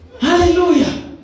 Hallelujah